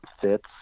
fits